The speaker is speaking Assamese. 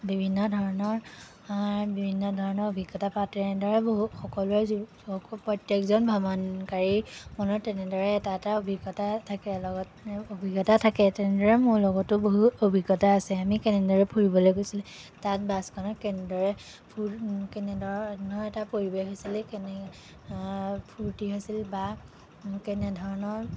বিভিন্ন ধৰণৰ বিভিন্ন ধৰণৰ অভিজ্ঞতা বা তেনেদৰে বহু সকলোৰে জী প্ৰত্যেকজন ভ্ৰমণকাৰী মনত তেনেদৰে এটা এটা অভিজ্ঞতা থাকে লগত অভিজ্ঞতা থাকে তেনেদৰে মোৰ লগতো বহু অভিজ্ঞতা আছে আমি কেনেদৰে ফুৰিবলৈ গৈছিলোঁ তাত বাছখনত কেনেদৰে ফুৰি কেনেধৰণৰ এটা পৰিৱেশ হৈছিলে কেনে ফূৰ্তি হৈছিল বা কেনেধৰণৰ